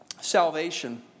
salvation